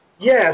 Yes